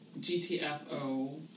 GTFO